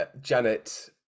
janet